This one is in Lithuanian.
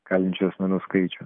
kalinčių asmenų skaičių